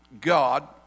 God